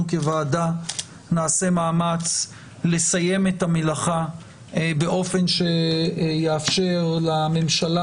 נעשה מאמץ לסיים את המלאכה באופן שיאפשר לממשלה